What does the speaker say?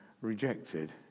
rejected